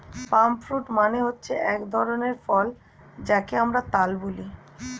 পাম fruit মানে হচ্ছে এক ধরনের ফল যাকে আমরা তাল বলি